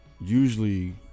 usually